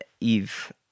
Eve